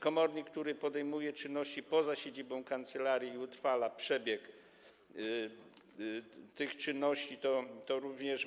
Komornik, który podejmuje czynności poza siedzibą kancelarii i utrwala przebieg tych czynności, również